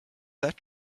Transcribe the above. that